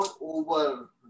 over